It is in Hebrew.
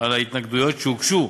על ההתנגדויות שהוגשו